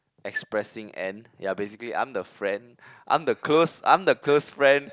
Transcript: expressing end ya basically I'm the friend I'm the close I'm the close friend